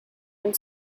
and